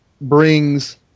brings